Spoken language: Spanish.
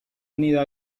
unida